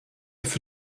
für